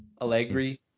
Allegri